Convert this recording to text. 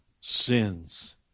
sins